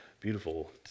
beautiful